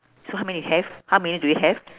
so how many you have how many do you have